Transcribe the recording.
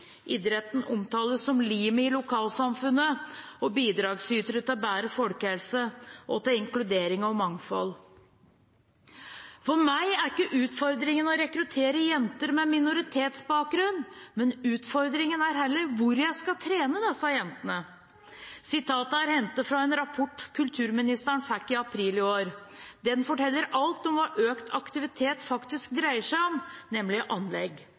Idretten omtales som limet i lokalsamfunnet, og er bidragsyter til bedre folkehelse og til inkludering og mangfold. «For meg er ikke utfordringen å rekruttere jenter med minoritetsbakgrunn, men utfordringen er heller hvor jeg skal trene disse jentene.» – Sitatet er hentet fra en rapport kulturministeren fikk i april i år. Den forteller alt om hva økt aktivitet faktisk dreier seg om, nemlig anlegg